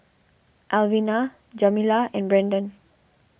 Alvina Jamila and Brandon